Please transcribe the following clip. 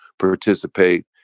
participate